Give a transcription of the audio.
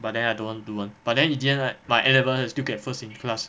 but then I don't want to one but then in the end right my N level still get first in class